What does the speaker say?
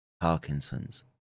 parkinson's